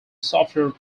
softer